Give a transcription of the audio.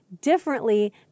differently